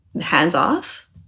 hands-off